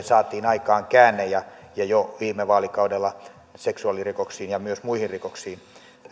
saatiin aikaan käänne ja ja jo viime vaalikaudella seksuaalirikoksiin ja myös muihin rikoksiin